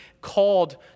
called